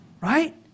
right